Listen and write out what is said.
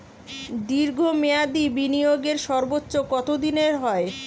দীর্ঘ মেয়াদি বিনিয়োগের সর্বোচ্চ কত দিনের হয়?